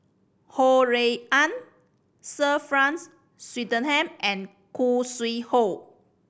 Ho Rui An Sir Franks Swettenham and Khoo Sui Hoe